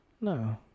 No